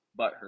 butthurt